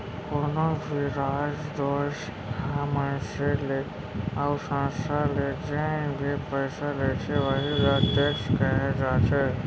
कोनो भी राज, देस ह मनसे ले अउ संस्था ले जेन भी पइसा लेथे वहीं ल टेक्स कहे जाथे